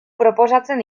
proposatzen